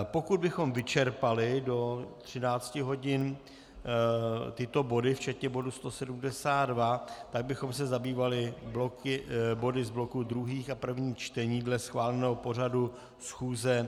Pokud bychom vyčerpali do 13 hodin tyto body včetně bodu 172, tak bychom se zabývali body z bloku druhých a prvních čtení dle schváleného pořadu schůze.